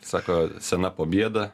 sako sena pobieda